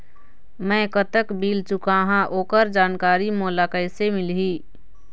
मैं कतक बिल चुकाहां ओकर जानकारी मोला कइसे मिलही?